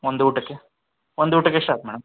ಒಂದು ಊಟಕ್ಕೆ ಒಂದು ಊಟಕ್ಕೆ ಎಷ್ಟು ಆಗ್ತೆ ಮೇಡಮ್